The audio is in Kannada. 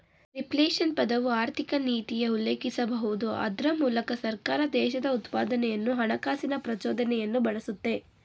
ರಿಪ್ಲೇಶನ್ ಪದವು ಆರ್ಥಿಕನೀತಿಯ ಉಲ್ಲೇಖಿಸಬಹುದು ಅದ್ರ ಮೂಲಕ ಸರ್ಕಾರ ದೇಶದ ಉತ್ಪಾದನೆಯನ್ನು ಹಣಕಾಸಿನ ಪ್ರಚೋದನೆಯನ್ನು ಬಳಸುತ್ತೆ